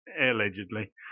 Allegedly